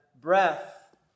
breath